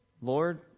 Lord